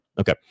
okay